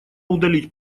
удалить